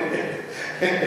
האמת, נכון.